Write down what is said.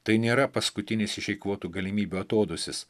tai nėra paskutinis išeikvotų galimybių atodūsis